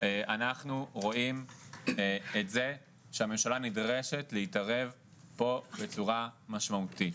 אנחנו רואים את זה שהממשלה נדרשת להתערב פה בצורה משמעותית,